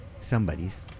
Somebody's